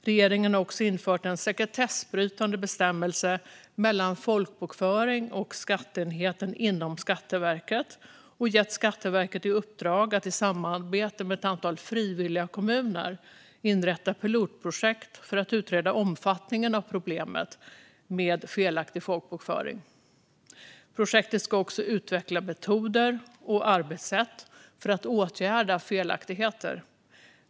Regeringen har också infört en sekretessbrytande bestämmelse mellan folkbokföringen och skatteenheten inom Skatteverket och gett Skatteverket i uppdrag att i samarbete med ett antal frivilliga kommuner inrätta pilotprojekt för att utreda omfattningen av problemet med felaktig folkbokföring. Projektet ska också utveckla metoder och arbetssätt för att åtgärda felaktigheter.